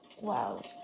Wow